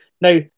Now